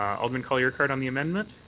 alderman colley-urquhart on the amendment?